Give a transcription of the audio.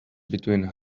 between